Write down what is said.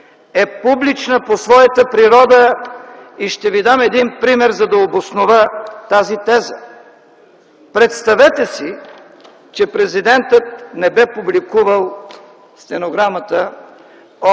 е публична по своята природа. Ще ви дам един пример, за да обоснова тази теза. Представете си, че президентът не бе публикувал стенограмата от